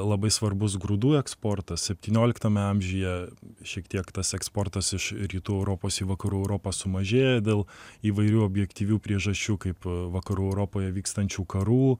labai svarbus grūdų eksportas septynioliktame amžiuje šiek tiek tas eksportas iš rytų europos į vakarų europą sumažėjo dėl įvairių objektyvių priežasčių kaip vakarų europoje vykstančių karų